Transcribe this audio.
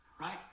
Right